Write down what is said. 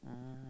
oh